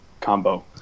combo